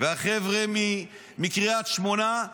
והחבר'ה מקריית שמונה.